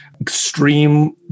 extreme